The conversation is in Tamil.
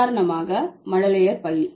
உதாரணமாக மழலையர் பள்ளி